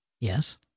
Yes